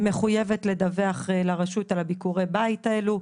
היא מחויבת לדווח לרשות על ביקורי הבית האלה,